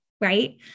right